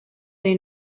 they